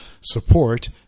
support